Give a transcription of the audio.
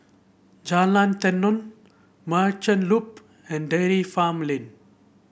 Jalan Tenon Merchant Loop and Dairy Farm Lane